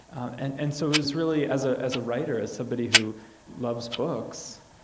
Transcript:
and and so it was really as ah as a writer, as somebody who loves books,